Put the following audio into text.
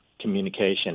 communication